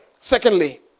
Secondly